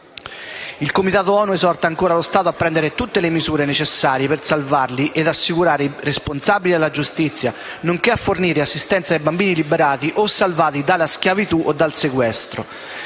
Il Comitato ONU esorta lo Stato a prendere tutte le misure necessarie per salvarli ed assicurare i responsabili alla giustizia, nonché a fornire assistenza ai bambini liberati o salvati dalla schiavitù o dal sequestro.